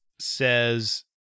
says